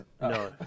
no